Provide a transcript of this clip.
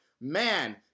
man